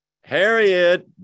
harriet